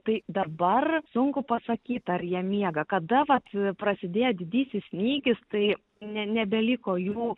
tai dabar sunku pasakyt ar jie miega kada vat prasidėjo didysis mygis tai ne nebeliko jų